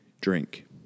drink